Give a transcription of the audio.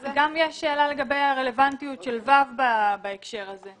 שאלה לגבי הרלוונטיות של סעיף קטן (ו) בהקשר הזה,